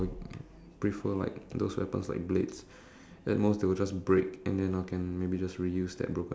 so that way the can't really bite me they can't infect me and they touch me they will just get sort of